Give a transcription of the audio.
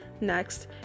Next